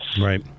Right